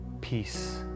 peace